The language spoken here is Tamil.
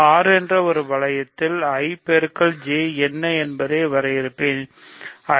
R என்ற ஒரு வளையத்தில் I பெருக்கல் J என்ன என்று வரையறுப்பேன் I